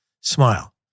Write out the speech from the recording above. smile